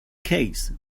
case